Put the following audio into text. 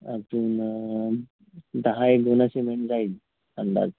अजून दहा एक गोणी सिमेंट जाईल अंदाज